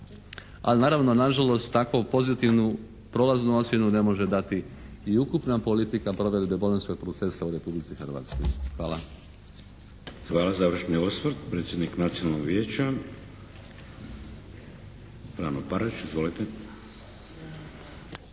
A naravno, nažalost, takvu pozitivnu prolaznu ocjenu ne može dati i ukupna politika provedbe Bolonjskog procesa u Republici Hrvatskoj. Hvala. **Šeks, Vladimir (HDZ)** Hvala. Završni osvrt, predsjednik Nacionalnog vijeća, Frano Parać. Izvolite.